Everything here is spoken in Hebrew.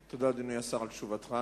תודה, אדוני השר, על תשובתך.